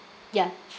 ya